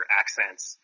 accents